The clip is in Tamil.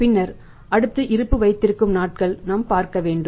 பின்னர் அடுத்து இருப்பு வைத்திருக்கும் நாட்கள் நாம் பார்க்கவேண்டும்